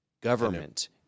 government